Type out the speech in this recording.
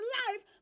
life